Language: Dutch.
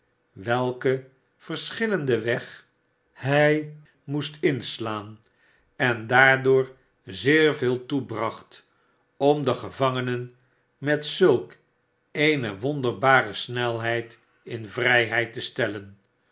welken verschillenden weg hij moest inslaan en daardoor zeer veeltoebracht om de gevangenen met zulk eene wonderbare snelheid in vrijheid te stellen